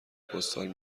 پستال